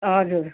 हजुर